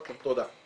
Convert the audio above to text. תודה.